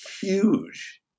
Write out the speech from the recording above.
huge